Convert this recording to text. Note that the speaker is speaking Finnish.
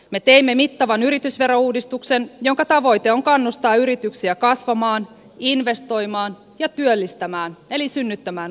me teimme mittavan yritysverouudistuksen jonka tavoite on kannustaa yrityksiä kasvamaan investoimaan ja työllistämään eli synnyttämään uusia työpaikkoja